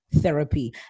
therapy